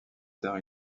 tard